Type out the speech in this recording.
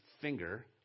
finger